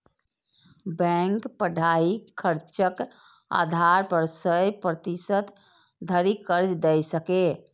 bank पढ़ाइक खर्चक आधार पर सय प्रतिशत धरि कर्ज दए सकैए